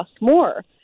more